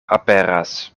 aperas